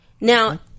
Now